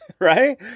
right